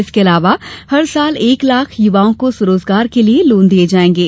इसके अलावा हर साल एक लाख युवाओं को स्वरोजगार के लिये लोन दिये जायेंगे